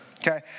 Okay